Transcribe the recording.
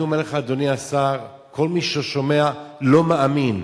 אני אומר לך, אדוני השר, כל מי ששומע לא מאמין.